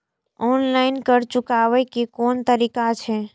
Online कर्ज चुकाने के कोन तरीका छै?